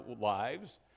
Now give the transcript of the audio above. lives